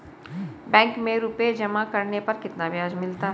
Bank में रुपये जमा करने पर कितना ब्याज मिलता है?